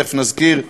תכף נזכיר,